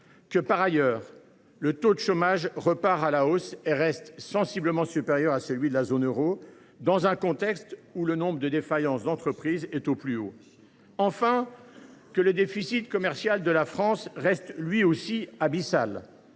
Par ailleurs, le taux de chômage repart à la hausse et reste sensiblement supérieur à celui de la zone euro, alors que le nombre de défaillances d’entreprises est au plus haut. Enfin, le déficit commercial de la France demeure lui aussi abyssal,